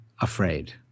afraid